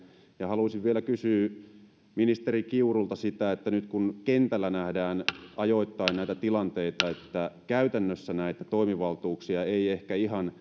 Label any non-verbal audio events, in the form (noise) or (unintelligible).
haluaisin vielä kysyä ministeri kiurulta sitä että nyt kun kentällä nähdään ajoittain näitä tilanteita että käytännössä näitä toimivaltuuksia ei ehkä ihan (unintelligible)